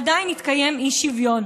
עדיין יתקיים אי-שוויון.